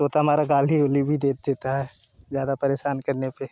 तोता हमारा गाली उली भी दे देता है ज्यादा परेशान करने पे